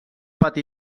pati